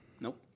Nope